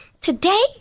Today